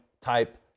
type